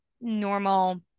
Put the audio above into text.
normal